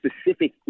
specific